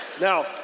Now